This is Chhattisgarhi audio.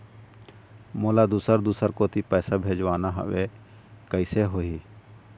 मोला दुसर दूसर कोती पैसा भेजवाना हवे, कइसे होही?